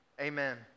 Amen